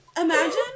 Imagine